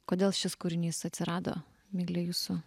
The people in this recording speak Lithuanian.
kodėl šis kūrinys atsirado migle jūsų